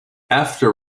after